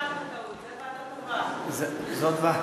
זו דווקא